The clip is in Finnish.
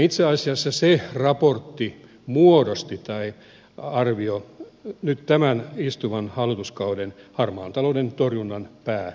itse asiassa se arvio muodosti nyt tämän istuvan hallituskauden harmaan talouden torjunnan pääviestit